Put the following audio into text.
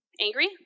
Angry